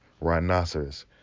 rhinoceros